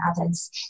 others